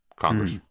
Congress